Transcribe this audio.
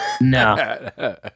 No